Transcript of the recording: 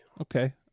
Okay